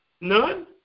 None